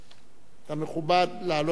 אתה מכובד לעלות לדוכן.